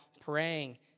praying